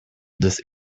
this